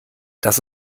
dass